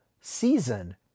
season